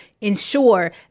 ensure